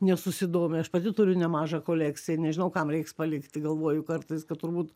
nesusidomi aš pati turiu nemažą kolekciją nežinau kam reiks palikti galvoju kartais kad turbūt